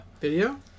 Video